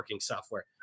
software